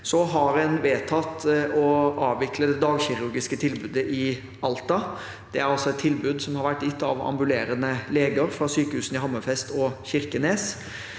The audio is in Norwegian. Så har en vedtatt å avvikle det dagkirurgiske tilbudet i Alta, et tilbud som har vært gitt av ambulerende leger fra sykehusene i Hammerfest og Kirkenes.